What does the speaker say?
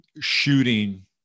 shooting